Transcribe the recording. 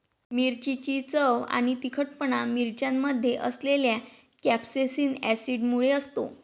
मिरचीची चव आणि तिखटपणा मिरच्यांमध्ये असलेल्या कॅप्सेसिन ऍसिडमुळे असतो